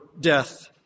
death